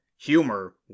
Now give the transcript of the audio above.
Humor